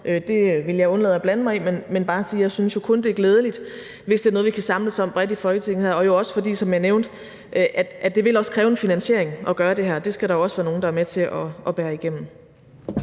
Det vil jeg undlade at blande mig i, men bare sige, at jeg jo kun synes, det er glædeligt, hvis det er noget, vi kan samles om bredt i Folketinget – og jo også fordi det, som jeg nævnte, vil kræve en finansiering at gøre det her; det skal der også være nogen der er med til at bære igennem.